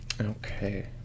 Okay